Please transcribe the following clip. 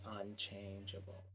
unchangeable